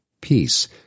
peace